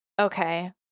okay